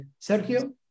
Sergio